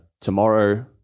tomorrow